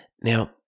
Now